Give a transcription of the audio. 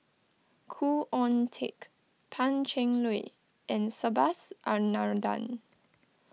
Khoo Oon Teik Pan Cheng Lui and Subhas Anandan